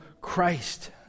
Christ